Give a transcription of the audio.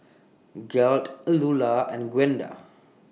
Gearld Lulla and Gwenda